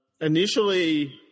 initially